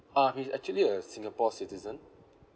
uh he's actually a singapore citizen